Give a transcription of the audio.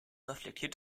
reflektiert